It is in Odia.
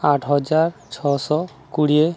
ଆଠ ହଜାର ଛଅଶହ କୋଡ଼ିଏ